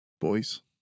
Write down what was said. boys